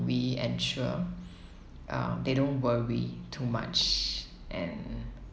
we ensure uh they don't worry too much and